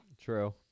True